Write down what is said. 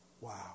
Wow